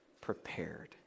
prepared